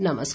नमस्कार